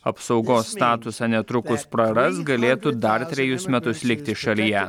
apsaugos statusą netrukus praras galėtų dar trejus metus likti šalyje